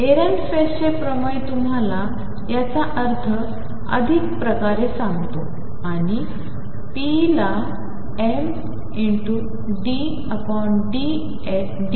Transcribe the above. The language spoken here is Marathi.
एरेनफेस्ट प्रमय तुम्हाला याचा अधिक अर्थ सांगतो आणि ⟨p⟩ ला mddt⟨x⟩